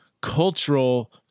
cultural